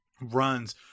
runs